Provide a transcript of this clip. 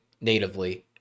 natively